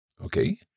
Okay